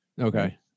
Okay